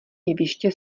jeviště